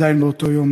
עדיין באותו היום,